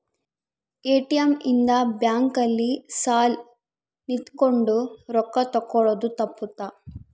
ATM ಇಂದ bank ಅಲ್ಲಿ ಸಾಲ್ ನಿಂತ್ಕೊಂಡ್ ರೊಕ್ಕ ತೆಕ್ಕೊಳೊದು ತಪ್ಪುತ್ತ